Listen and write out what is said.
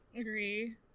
agree